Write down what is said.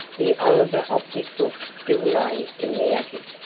the oliver optic books still lay in the attic,